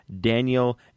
Daniel